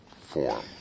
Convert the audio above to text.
form